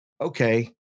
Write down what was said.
okay